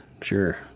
Sure